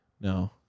No